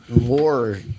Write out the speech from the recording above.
more